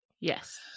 yes